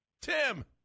Tim